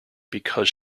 because